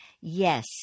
Yes